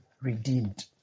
redeemed